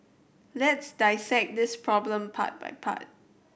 let's dissect this problem part by part